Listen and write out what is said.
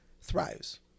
thrives